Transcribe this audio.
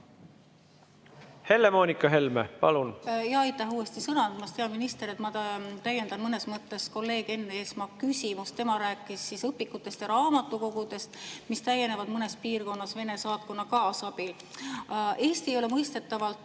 Helle-Moonika Helme, palun! Aitäh uuesti sõna andmast! Hea minister! Ma täiendan mõnes mõttes kolleeg Enn Eesmaa küsimust. Tema rääkis õpikutest ja raamatukogudest, mis täienevad mõnes piirkonnas Vene saatkonna kaasabil. Eesti ei ole mõistetavalt